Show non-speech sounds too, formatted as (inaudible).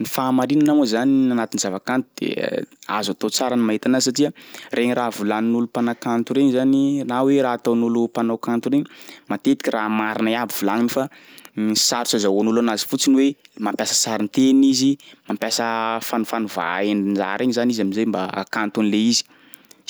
Ny fahamarinana moa zany n'anatin'ny zavakanto de (hesitation) azo atao tsara ny mahita anazy satria regny raha volanin'olo mpanakanto regny zany na hoe raha ataon'olo mpanao kanto regny matetika raha marina iaby volaniny fa misy sarotsy azahoan'olo anazy fotsiny hoe mampiasa sarin-teny izyy, mampiasa fanofanovÃ endri-draha regny zany izy am'zay mba ahakanto an'le izy,